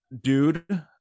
Dude